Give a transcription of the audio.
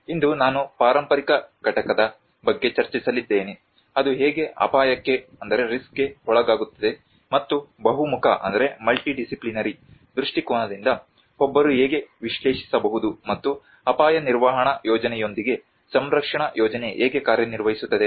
ಇಂದು ನಾನು ಪಾರಂಪರಿಕ ಘಟಕದ ಬಗ್ಗೆ ಚರ್ಚಿಸಲಿದ್ದೇನೆ ಅದು ಹೇಗೆ ಅಪಾಯಕ್ಕೆ ಒಳಗಾಗುತ್ತದೆ ಮತ್ತು ಬಹು ಮುಖ ದೃಷ್ಟಿಕೋನದಿಂದ ಒಬ್ಬರು ಹೇಗೆ ವಿಶ್ಲೇಷಿಸಬಹುದು ಮತ್ತು ಅಪಾಯ ನಿರ್ವಹಣಾ ಯೋಜನೆಯೊಂದಿಗೆ ಸಂರಕ್ಷಣಾ ಯೋಜನೆ ಹೇಗೆ ಕಾರ್ಯನಿರ್ವಹಿಸುತ್ತದೆ